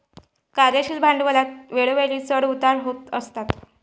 कार्यशील भांडवलात वेळोवेळी चढ उतार होत असतात